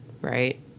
right